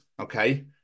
okay